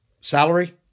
salary